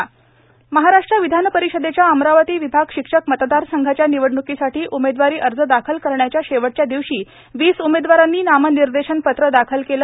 शिक्षक मतदार संघ महाराष्ट्र विधानपरिषदेच्या अमरावती विभाग शिक्षक मतदारसंघाच्या निवडणुकीसाठी उमेदवारी अर्ज दाखल करण्याच्या शेवटच्या दिवशी वीस उमेदवारांनी नामनिर्देशन पत्र दाखल केले